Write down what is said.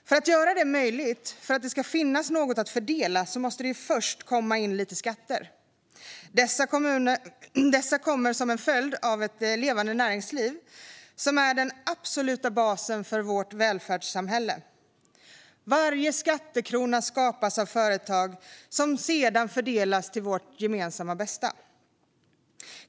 För att göra detta möjligt, för att det ska finnas något att fördela, måste det ju först komma in lite skatter. Dessa kommer som en följd av ett levande näringsliv, som är den absoluta basen för vårt välfärdssamhälle. Varje skattekrona som sedan fördelas till vårt gemensamma bästa skapas av företag.